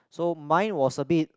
so mine was a bit